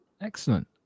excellent